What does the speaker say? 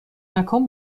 مکان